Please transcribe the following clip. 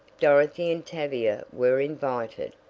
dorothy and tavia were invited,